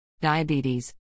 Diabetes